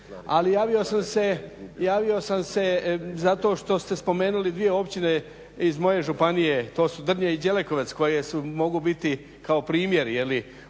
ali javio sam se zato što ste spomenuli dvije općine iz moje županije, to su Drnje i Đelekovec koje mogu biti kao primjeri